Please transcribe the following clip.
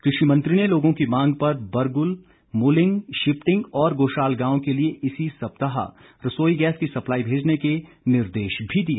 कृषि मंत्री ने लोगों की मांग पर बरगुल मूलिंग शिपटिंग और गोशाल गांव के लिए इसी सप्ताह रसोई गैस की सप्लाई भेजने के निर्देश भी दिए